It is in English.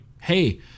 hey